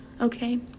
okay